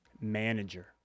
Manager